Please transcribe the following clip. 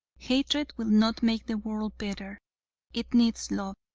hatred will not make the world better it needs love.